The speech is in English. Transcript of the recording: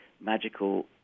magical